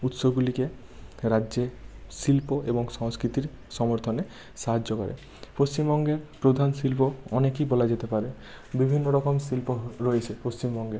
উৎসগুলিকে রাজ্যে শিল্প এবং সংস্কৃতির সমর্থনে সাহায্য করে পশ্চিমবঙ্গের প্রধান শিল্প অনেকই বলা যেতে পারে বিভিন্ন রকম শিল্প রয়েছে পশ্চিমবঙ্গে